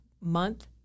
month